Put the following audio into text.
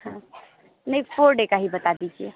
हाँ नहीं four day का ही बता दीजिए